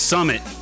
Summit